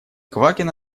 квакин